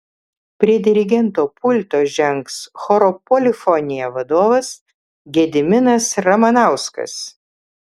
prie dirigento pulto žengs choro polifonija vadovas gediminas ramanauskas